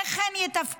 איך הן יתפקדו?